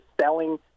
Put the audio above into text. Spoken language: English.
selling